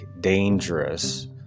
dangerous